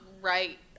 right